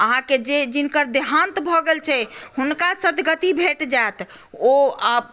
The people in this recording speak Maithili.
अहाँकेँ जे जिनकर देहान्त भऽ गेल छै हुनका सदगति भेट जाएत ओ आब